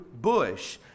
bush